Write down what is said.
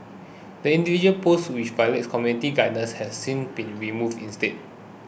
the individual posts which violated community guidelines have since been removed instead